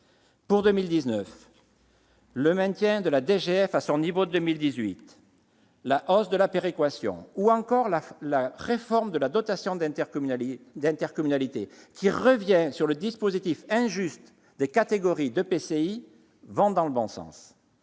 Pour 2019, le maintien de la DGF à son niveau de 2018, la hausse de la péréquation ou encore la réforme de la dotation d'intercommunalité, qui revient sur le dispositif injuste des catégories d'EPCI, vont dans le bon sens,